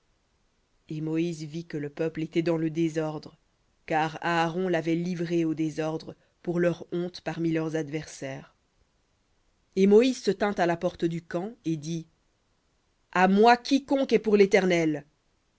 et moïse vit que le peuple était dans le désordre car aaron l'avait livré au désordre pour leur honte parmi leurs adversaires et moïse se tint à la porte du camp et dit à moi quiconque est pour l'éternel